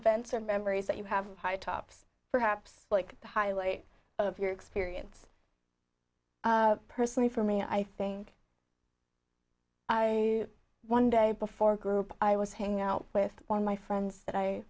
events or memories that you have high tops perhaps like the highlight of your experience personally for me i think i one day before a group i was hanging out with one of my friends that i